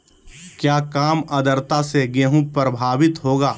क्या काम आद्रता से गेहु प्रभाभीत होगा?